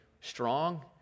strong